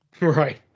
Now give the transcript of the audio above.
Right